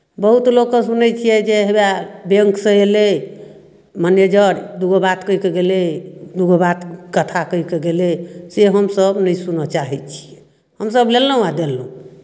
बहुत लोककेँ सुनै छियै जे हौवए बैंकसँ अयलै मैनेजर दू गो बात कहि कऽ गेलै दू गो बात कथा कहि कऽ गेलै से हमसभ नहि सुनय चाहै छियै हमसभ लेलहुँ आ देलहुँ